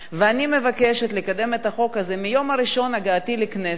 ואני מבקשת לקדם את החוק הזה מהיום הראשון שהגעתי לכנסת.